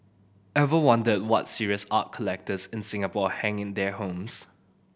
ever wondered what serious art collectors in Singapore hang in their homes